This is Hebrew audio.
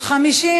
החלה.